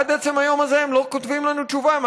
עד עצם היום הזה הם לא כותבים לנו תשובה מה